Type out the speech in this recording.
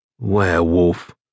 Werewolf